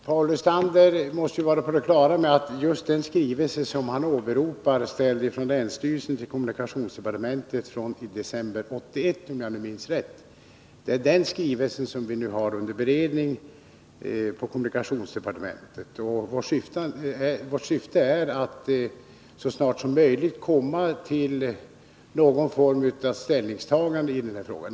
Herr talman! Paul Lestander måste vara på det klara med att länsstyrelsens skrivelse från december 1981 som han åberopar är just den skrivelse som vi nu har under beredning på kommunikationsdepartementet. Vårt syfte är att så snart som möjligt komma fram till någon form av ställningstagande i den här frågan.